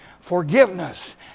forgiveness